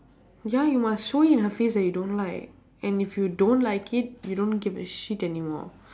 ya you must show it in her face that you don't like and if you don't like it you don't give a shit anymore